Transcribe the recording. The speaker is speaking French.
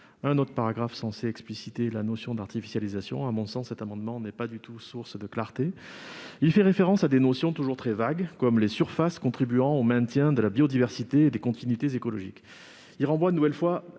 par un paragraphe censé expliciter la notion d'artificialisation. À mon sens, cet amendement n'est pas du tout source de clarté. Il y est fait référence à des notions toujours très vagues, comme « [l]es surfaces contribuant au maintien de la biodiversité et des continuités écologiques ». De surcroît,